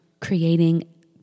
creating